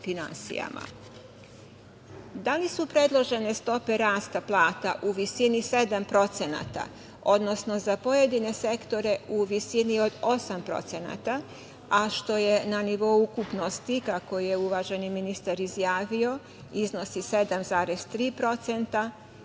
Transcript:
li su predložene stope rasta plata u visini 7%, odnosno za pojedine sektore u visini od 8%, a što na nivou ukupnosti, kako je uvaženi ministar izjavio, iznosi 7,3%,